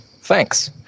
Thanks